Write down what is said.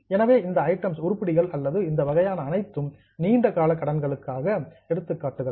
எனவே இந்த ஐட்டம்ஸ் உருப்படிகள் அல்லது இந்த வகையான அனைத்தும் நீண்ட கால கடன்களுக்கான எடுத்துக்காட்டுகள்